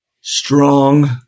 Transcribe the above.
strong